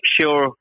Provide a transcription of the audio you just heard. sure